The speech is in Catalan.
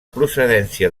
procedència